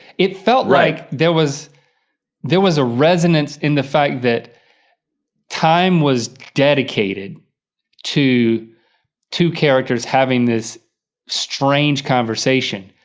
it felt like there was there was a resonance in the fact that time was dedicated to two characters having this strange conversation.